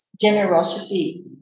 generosity